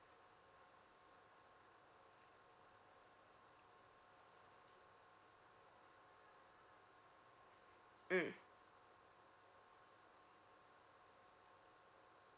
mm